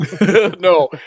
no